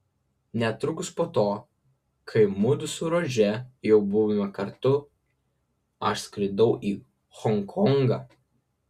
netrukus po to kai mudu su rože jau buvome kartu aš skridau į honkongą